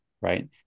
right